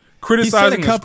Criticizing